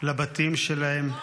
לבתים שלהן.